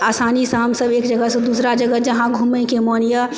आसानीसँ हमसब एक जगहसँ दूसरा जगह जहाँ घुमैके मोन यऽ